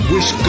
Wish